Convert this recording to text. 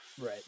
right